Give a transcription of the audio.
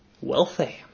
wealthy